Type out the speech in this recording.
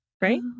right